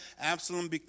Absalom